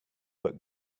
but